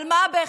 על מה הבכי?